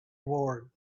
ward